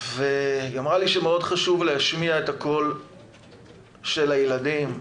היא אמרה לי שחשוב מאוד להשמיע את הקול של הילדים,